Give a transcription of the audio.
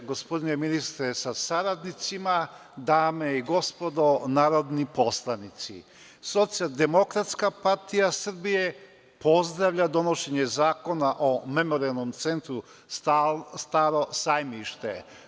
Gospodine ministre sa saradnicima, dame i gospodo narodni poslanici, SDPS pozdravlja donošenje zakona o Memorijalnom centru „Staro Sajmište“